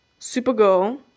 Supergirl